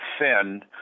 thin